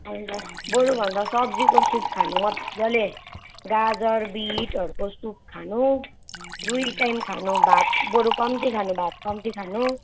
अन्त बरुभन्दा सब्जीको सुप खानु मजाले गाजर बिटहरूको सुप खानु दुई टाइम खानु भात बरु कम्ती खानु भात कम्ती खानु